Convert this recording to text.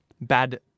Bad